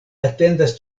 atendas